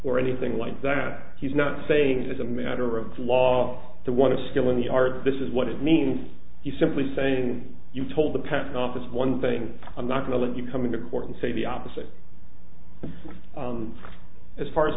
or anything like that he's not saying as a matter of law to want to skilling the art this is what it means you simply saying you told the patent office one thing i'm not going to let you come into court and say the opposite as far as